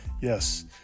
yes